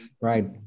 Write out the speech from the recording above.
Right